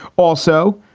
also,